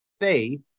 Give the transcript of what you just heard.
faith